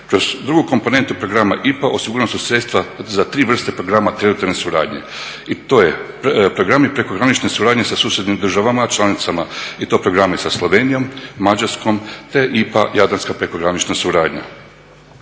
Kroz drugu komponentu programa IPA osigurana su sredstva za 3 vrste programa … suradnje i to je programi prekogranične suradnje sa susjednim državama članicama i to programi sa Slovenijom, Mađarskom te IPA jadranska prekogranična suradnja.